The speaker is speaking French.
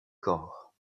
corps